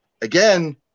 again